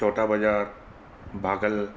चौटा बाज़ार भागल